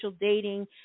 dating